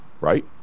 right